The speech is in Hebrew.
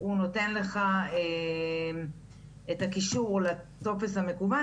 הוא נותן לך את הקישור לטופס המקוון,